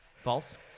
False